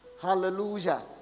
Hallelujah